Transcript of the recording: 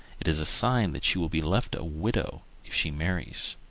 it is a sign that she will be left a widow if she marries.